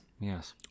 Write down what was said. yes